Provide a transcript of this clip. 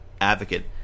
advocate